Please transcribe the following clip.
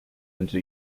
into